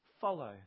follow